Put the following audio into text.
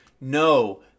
no